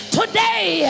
today